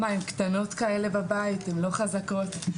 מה הן קטנות כאלה בבית, הן לא חזקות?